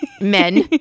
men